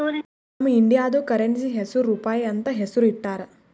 ನಮ್ ಇಂಡಿಯಾದು ಕರೆನ್ಸಿ ಹೆಸುರ್ ರೂಪಾಯಿ ಅಂತ್ ಹೆಸುರ್ ಇಟ್ಟಾರ್